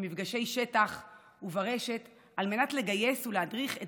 במפגשי שטח וברשת על מנת לגייס ולהדריך את